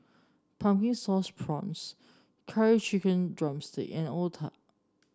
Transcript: Pumpkin Sauce Prawns Curry Chicken drumstick and otah